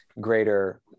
greater